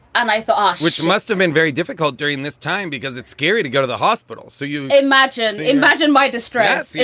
and i thought, ok which must have been very difficult during this time because it's scary to go to the hospital. so you imagine imagine my distress. yeah